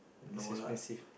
it's expensive